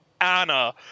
Anna